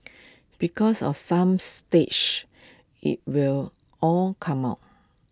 because of some stage IT will all come out